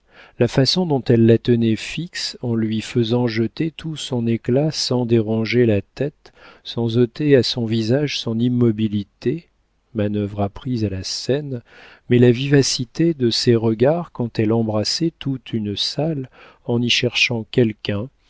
la façon dont elle la tenait fixe en lui faisant jeter tout son éclat sans déranger la tête sans ôter à son visage son immobilité manœuvre apprise à la scène mais la vivacité de ses regards quand elle embrassait toute une salle en y cherchant quelqu'un